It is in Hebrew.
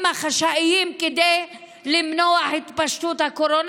החשאיים כדי למנוע את התפשטות הקורונה,